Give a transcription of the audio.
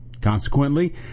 Consequently